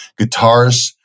guitarist